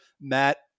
Matt